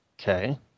Okay